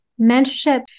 mentorship